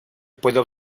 pueden